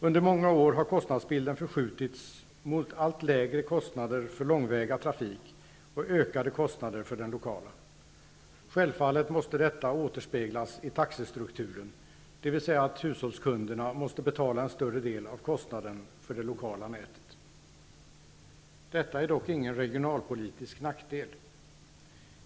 Under många år har kostnadsbilden förskjutits mot allt lägre kostnader för långväga trafik och ökade kostnader för den lokala. Självfallet måste detta återspeglas i taxestrukturen, dvs. att hushållskunderna måste betala en större del av kostnaden för det lokala nätet. Detta är dock ingen regionalpolitisk nackdel.